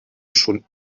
schon